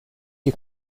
you